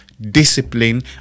discipline